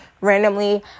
randomly